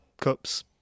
Cups